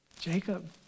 Jacob